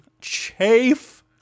chafe